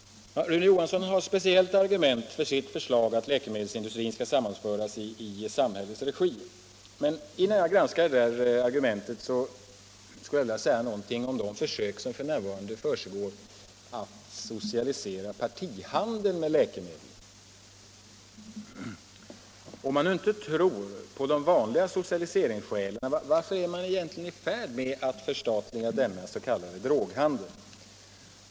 Rune Johansson har ett speciellt argument för sitt förslag att läkemedelsindustrin skall sammanföras i samhällets regi. Men innan jag granskar hans argument har jag något att säga om försöken som f. n. pågår att socialisera partihandeln med läkemedel. Om man nu inte tror på de vanliga socialiseringsskälen, varför är man då i färd med att förstatliga denna s.k. droghandel?